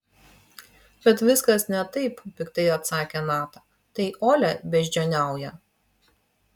bet viskas ne taip piktai atsakė nata tai olia beždžioniauja